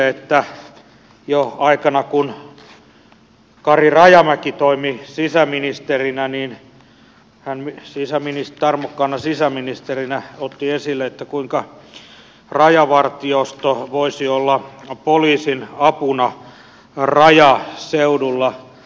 jo siihen aikaan kun kari rajamäki toimi sisäministerinä hän tarmokkaana sisäministerinä otti esille kuinka rajavartiosto voisi olla poliisin apuna rajaseudulla